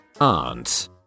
aunts